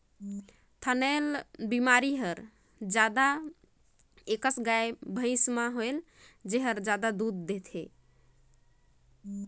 थनैल बेमारी हर जादातर अइसन गाय, भइसी ल होथे जेहर जादा दूद देथे